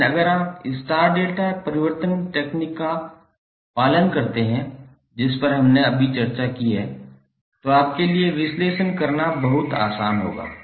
लेकिन अगर आप स्टार डेल्टा परिवर्तन तकनीक का पालन करते हैं जिस पर हमने अभी चर्चा की है तो आपके लिए विश्लेषण करना बहुत आसान होगा